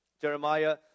Jeremiah